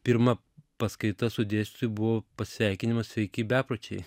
pirma paskaita su dėstytoju buvo pasveikinimas sveiki bepročiai